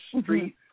Street